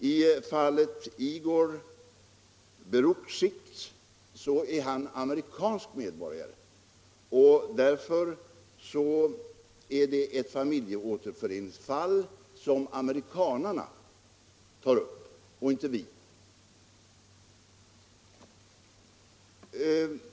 I fallet Igor Berukshtis gäller det en amerikansk medborgare, och därför är det amerikanerna och inte vi som tar upp detta familjeåterföreningsärende.